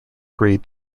grey